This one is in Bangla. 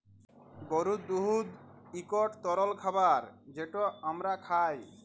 গরুর দুহুদ ইকট তরল খাবার যেট আমরা খাই